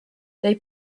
they